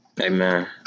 Amen